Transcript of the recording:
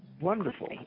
wonderful